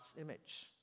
image